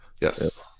yes